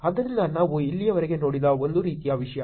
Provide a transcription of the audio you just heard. ಆದ್ದರಿಂದ ನಾವು ಇಲ್ಲಿಯವರೆಗೆ ನೋಡಿದ ಒಂದು ರೀತಿಯ ವಿಷಯ